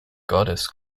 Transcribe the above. goddess